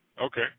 Okay